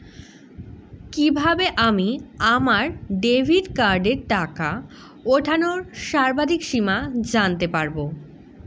কিভাবে আমি আমার ডেবিট কার্ডের টাকা ওঠানোর সর্বাধিক সীমা জানতে পারব?